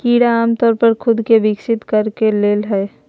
कीड़ा आमतौर पर खुद के विकसित कर ले हइ